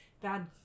bad